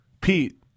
Pete